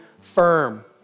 firm